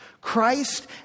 Christ